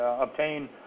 obtain